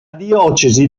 diocesi